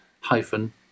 hyphen